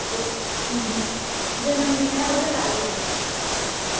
ऊं हूं जन्म दिन ऐ ओह्दा कल